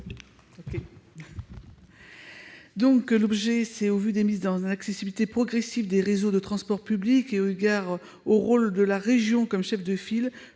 Jocelyne Guidez. Au vu de la mise en accessibilité progressive des réseaux de transports publics et eu égard au rôle de la région comme chef de file,